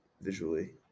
visually